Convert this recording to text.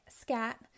scat